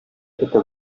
эте